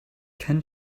ken